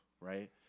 right